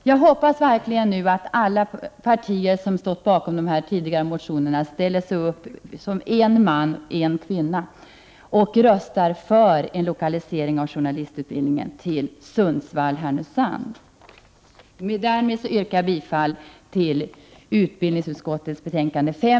Jag hoppas verkligen att alla de från olika partier som står bakom motionerna ställer sig upp som en man/en kvinna och röstar för en lokalisering av journalistutbildningen till högskolan i Sundsvall-Härnösand. Därmed yrkar jag bifall till reservation 14 i utskottets betänkande 5.